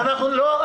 לא.